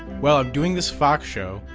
well, i'm doing this fox show,